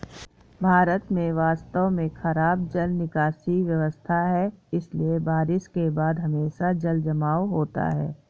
भारत में वास्तव में खराब जल निकासी व्यवस्था है, इसलिए बारिश के बाद हमेशा जलजमाव होता है